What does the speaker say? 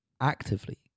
actively